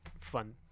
fun